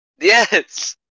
Yes